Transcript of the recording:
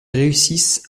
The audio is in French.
réussissent